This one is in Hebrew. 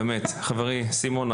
חברי סימון,